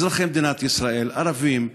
אזרחי מדינת ישראל ערבים,